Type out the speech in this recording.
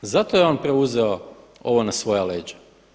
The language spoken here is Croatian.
Zato je on preuzeo ovo na svoja leđa.